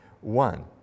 one